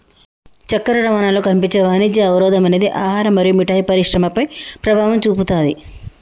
చక్కెర రవాణాలో కనిపించే వాణిజ్య అవరోధం అనేది ఆహారం మరియు మిఠాయి పరిశ్రమపై ప్రభావం చూపుతాది